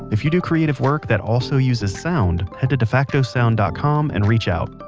if you do creative work that also uses sound, head to defactosound dot com and reach out!